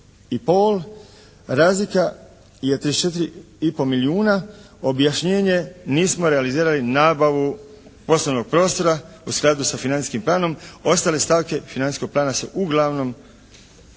i pol, razlika je 34 i pol milijuna. Objašnjenje. Nismo realizirali nabavu poslovnog prostora u skladu sa financijskim planom. Ostale stavke financijskog plana su uglavnom realizirane.